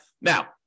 Now